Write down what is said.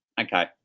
Okay